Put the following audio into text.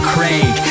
Craig